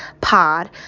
pod